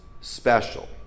special